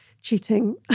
cheating